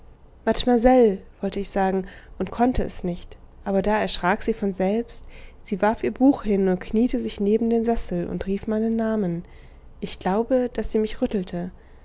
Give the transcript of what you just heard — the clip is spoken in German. mademoiselle wollte ich sagen und konnte es nicht aber da erschrak sie von selbst sie warf ihr buch hin und kniete sich neben den sessel und rief meinen namen ich glaube daß sie mich rüttelte